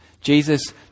Jesus